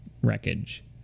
wreckage